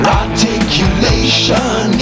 articulation